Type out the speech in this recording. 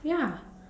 ya